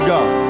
God